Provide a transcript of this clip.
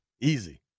Easy